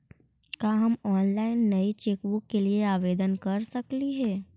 का हम ऑनलाइन नई चेकबुक के लिए आवेदन कर सकली हे